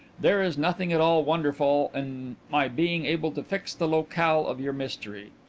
there is nothing at all wonderful in my being able to fix the locale of your mystery.